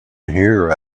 hear